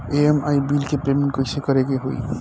EMI bill के payment कइसे करे के होई?